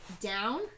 down